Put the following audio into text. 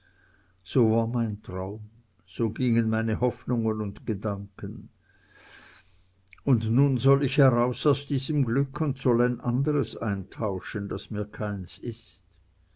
so war mein traum so gingen meine hoffnungen und gedanken und nun soll ich heraus aus diesem glück und soll ein andres eintauschen das mir keins ist